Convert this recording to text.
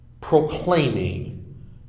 proclaiming